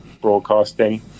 broadcasting